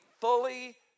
fully